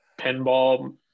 pinball